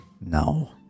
No